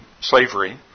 slavery